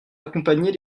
accompagner